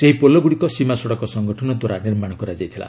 ସେହି ପୋଲଗୁଡ଼ିକ ସୀମା ସଡ଼କ ସଙ୍ଗଠନଦ୍ୱାରା ନିର୍ମାଣ କରାଯାଇଥିଲା